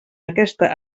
aquesta